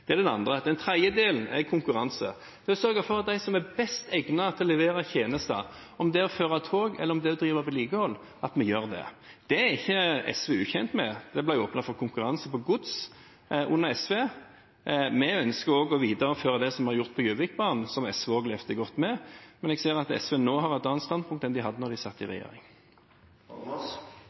Det er det andre. Den tredje delen er konkurranse. Det er å sørge for at de som er best egnet til å levere tjenester – om det er å føre tog, eller om det er å drive vedlikehold – gjør det. Det er ikke SV ukjent med, det ble åpnet for konkurranse på gods under SV. Vi ønsker også å videreføre det som var gjort på Gjøvikbanen, som også SV levde godt med, men jeg ser at SV nå har et annet standpunkt enn de hadde da de satt i regjering.